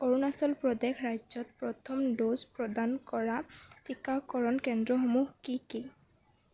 অৰুণাচল প্ৰদেশ ৰাজ্যত প্ৰথম ড'জ প্ৰদান কৰা টীকাকৰণ কেন্দ্ৰসমূহ কি কি